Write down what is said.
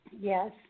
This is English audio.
Yes